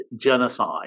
genocide